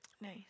Nice